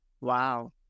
wow